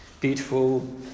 beautiful